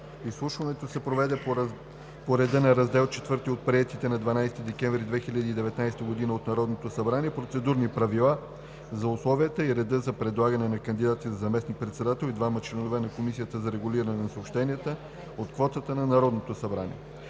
Изслушването се проведе по реда на Раздел IV от приетите на 12 декември 2019 г. от Народното събрание Процедурни правила за условията и реда за предлагане на кандидати за заместник-председател и двама членове на Комисията за регулиране на съобщенията от квотата на Народното събрание,